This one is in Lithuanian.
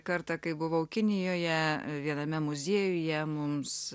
kartą kai buvau kinijoje viename muziejuje mums